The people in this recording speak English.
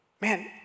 man